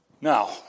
Now